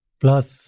plus